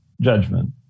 judgment